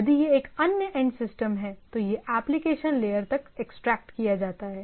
यदि यह एक अन्य एंड सिस्टम है तो यह एप्लिकेशन लेयर तक एक्सट्रैक्ट किया जाता है